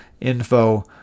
info